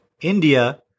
India